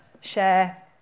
share